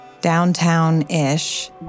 Downtown-ish